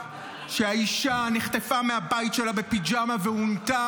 שהאישה נחטפה מהבית שלה בפיג'מה ועונתה